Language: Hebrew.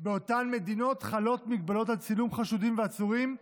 באותן מדינות חלות הגבלות על צילום חשודים ועצורים,